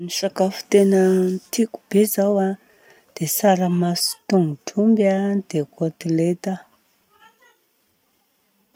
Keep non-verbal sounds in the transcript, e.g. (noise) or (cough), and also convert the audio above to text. Ny sakafo tena tiako be zao an dia tsaramaso sy tongotr'omby an, dia kotileta. (noise)